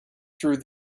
through